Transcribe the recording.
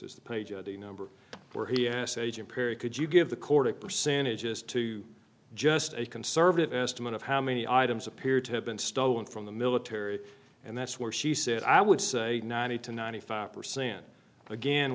is the page of the number where he s agent perry could you give the cordic percentages to just a conservative estimate of how many items appear to have been stolen from the military and that's where she said i would say ninety to ninety five percent again